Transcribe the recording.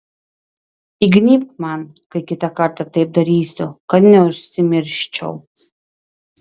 įgnybk man kai kitą kartą taip darysiu kad neužsimirščiau